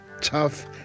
tough